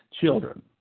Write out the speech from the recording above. children